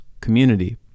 community